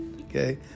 okay